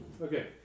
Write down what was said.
Okay